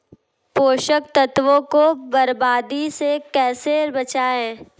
पोषक तत्वों को बर्बादी से कैसे बचाएं?